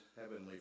heavenly